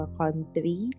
country